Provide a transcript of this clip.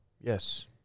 yes